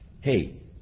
hey